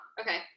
okay